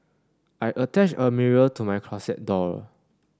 I attached a mirror to my closet door